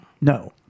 No